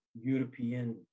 European